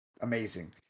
amazing